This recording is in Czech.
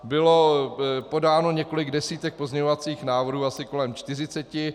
Bylo podáno několik desítek pozměňovacích návrhů, asi kolem 40.